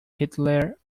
hitler